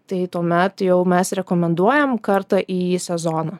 tai tuomet jau mes rekomenduojam kartą į sezoną